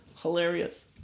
hilarious